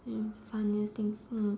funniest thing for